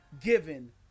given